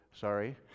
sorry